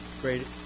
great